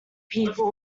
people